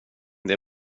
det